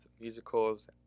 musicals